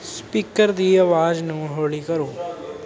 speaker ਦੀ ਆਵਾਜ਼ ਨੂੰ ਹੌਲੀ ਕਰੋ